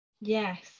Yes